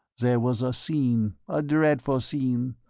there was a scene, a dreadful scene,